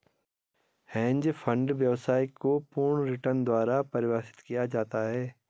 hedge fund व्यवसाय को पूर्ण रिटर्न द्वारा परिभाषित किया जाता है